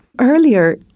Earlier